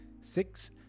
six